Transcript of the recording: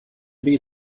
weh